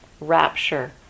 rapture